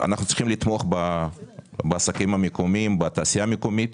אנחנו צריכים לתמוך בעסקים המקומיים ובתעשייה המקומית